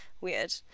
weird